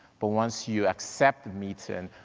but once you accept the meeting,